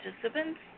participants